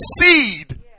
seed